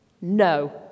No